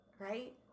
right